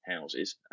houses